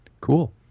Cool